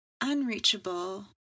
unreachable